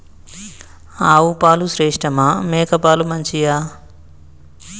ఆవు పాలు శ్రేష్టమా మేక పాలు మంచియా?